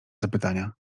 zapytania